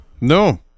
no